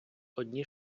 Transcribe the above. одні